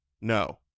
no